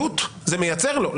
אבל לעלות זה מייצר לו.